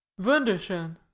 Wunderschön